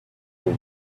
will